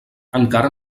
encara